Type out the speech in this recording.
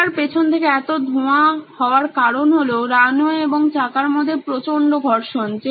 চাকার পেছন থেকে এত ধোঁয়া হওয়ার কারণ হলো রানওয়ে এবং চাকার মধ্যে প্রচণ্ড ঘর্ষণ